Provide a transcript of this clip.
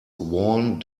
worn